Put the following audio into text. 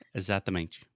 exatamente